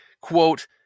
quote